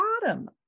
bottom